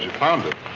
found it.